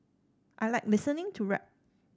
I like listening to rap